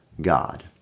God